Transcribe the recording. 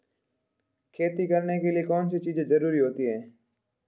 खेती करने के लिए कौनसी चीज़ों की ज़रूरत होती हैं?